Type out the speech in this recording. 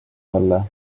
talle